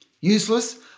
Useless